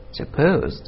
supposed